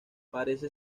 parece